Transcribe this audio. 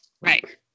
right